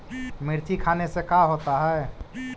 मिर्ची खाने से का होता है?